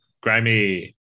Grimy